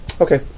Okay